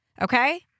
Okay